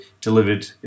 delivered